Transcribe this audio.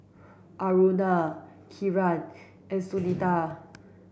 Aruna Kiran and Sunita